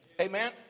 Amen